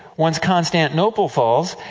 once constantinople falls,